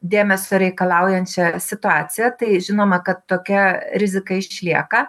dėmesio reikalaujančią situaciją tai žinoma kad tokia rizika išlieka